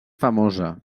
famosa